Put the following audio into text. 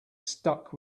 stuck